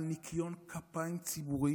על ניקיון כפיים ציבורי